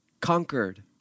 conquered